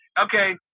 Okay